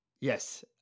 yes